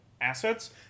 assets